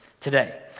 today